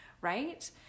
right